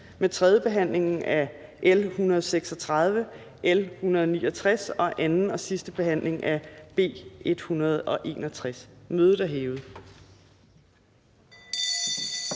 med 3. behandling af L 136, L 169 og 2. (sidste) behandling af B 161. Mødet er hævet.